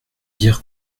dire